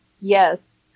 yes